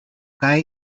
cae